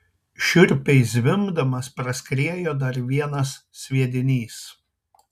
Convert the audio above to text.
šiurpiai zvimbdamas praskriejo dar vienas sviedinys